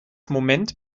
moment